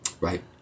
Right